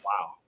wow